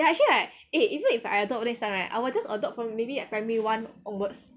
ya actually right eh even if I adopt next time right I will just adopt from maybe at primary one onwards